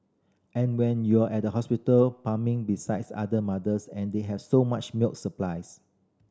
and when you're at the hospital pumping besides other mothers and they have so much milk supplies